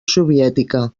soviètica